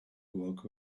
walk